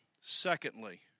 Secondly